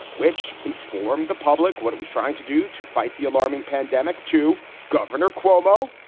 which inform the public what it was trying to do to fight the alarming pandemic. to governor cuomo,